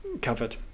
covered